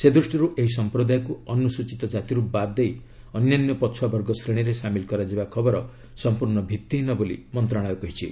ସେ ଦୃଷ୍ଟିରୁ ଏହି ସମ୍ପ୍ରଦାୟକୁ ଅନୁସୂଚୀତ କ୍ଜାତିରୁ ବାଦ୍ ଦେଇ ଅନ୍ୟାନ୍ୟ ପଛୁଆବର୍ଗ ଶ୍ରେଣୀରେ ସାମିଲ କରାଯିବା ଖବର ସମ୍ପୂର୍ଣ୍ଣ ଭିତ୍ତିହୀନ ବୋଲି ମନ୍ତ୍ରଶାଳୟ କହିଛି